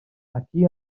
aquí